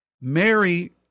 Mary